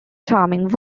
charming